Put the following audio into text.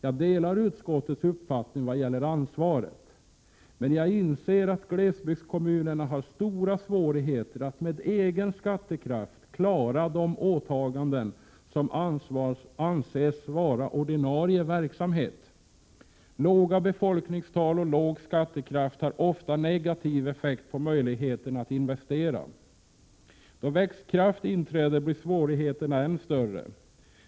Jag delar utskottets uppfattning vad gäller ansvaret, men jag inser att glesbygdskommunerna har stora svårigheter att med egen skattekraft klara de åtaganden som anses vara ordinarie verksamhet. Låga befolkningstal och låg skattekraft har ofta negativ effekt på möjligheten att investera. Då växtkraft inträder, blir svårigheterna än större.